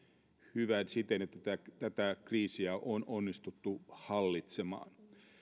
hyvä siten että tätä kriisiä on onnistuttu hallitsemaan